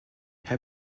herr